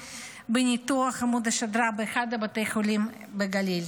לניתוח עמוד השדרה באחד מבתי החולים בגליל.